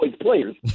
players